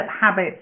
habits